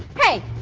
hey,